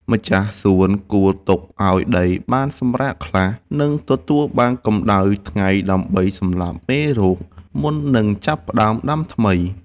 ម្ចាស់សួនគួរទុកឱ្យដីបានសម្រាកខ្លះ និងទទួលបានកម្ដៅថ្ងៃដើម្បីសម្លាប់មេរោគមុននឹងចាប់ផ្តើមដាំថ្មី។